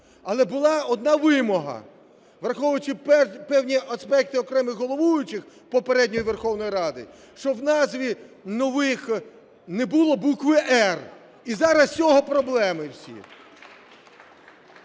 Але була одна вимога: враховуючи певні аспекти окремих головуючих попередньої Верховної Ради, щоб в назвах нових не було букви "р" – і зараз з цього проблеми всі.